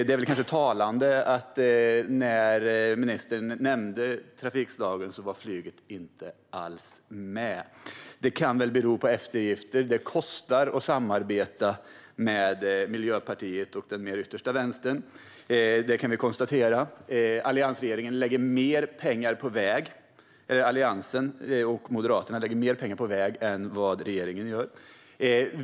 Det är kanske talande att flyget inte alls var med när ministern nämnde trafikslagen. Det kan bero på eftergifter. Det kostar att samarbeta med Miljöpartiet och den yttersta vänstern - det kan vi konstatera. Alliansen och Moderaterna lägger mer pengar på väg än vad regeringen gör.